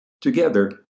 Together